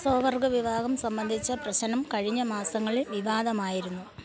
സ്വവർഗ്ഗ വിവാഹം സംബന്ധിച്ച പ്രശ്നം കഴിഞ്ഞ മാസങ്ങളിൽ വിവാദമായിരുന്നു